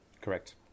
Correct